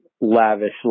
lavish